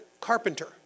carpenter